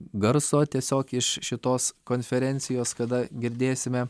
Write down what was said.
garso tiesiog iš šitos konferencijos kada girdėsime